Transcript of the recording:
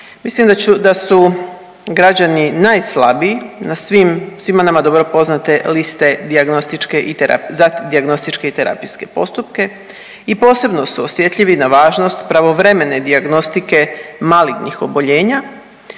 da ću, da su građani najslabiji na svim, svima nama dobro poznate liste dijagnostičke .../nerazumljivo/... za dijagnostičke i terapijske postupke i posebno su osjetljivi na važnost pravovremene dijagnostike malignih oboljenja